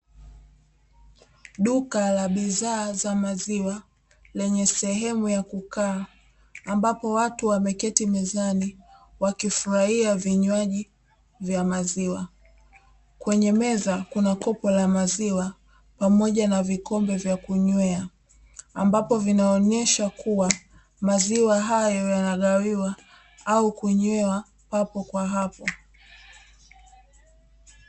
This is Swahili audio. Duka la bidhaa za maziwa lenye sehemu ya kukaa ambapo watu wameketi mezani wakifurahia vinywaji vya maziwa, kwenye meza kuna kopo la maziwa pamoja na vikombe vya kunywea ambapo vinaonyesha kuwa maziwa hayo yanagawiwa au kunywewa papo kwa hapo.